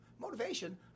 motivation